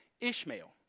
Ishmael